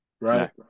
right